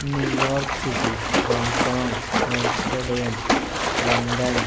New York city Hong Kong Amsterdam London